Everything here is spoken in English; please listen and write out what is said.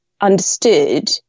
understood